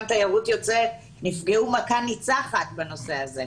תיירות יוצאת נפגעו מכה ניצחת בנושא הזה.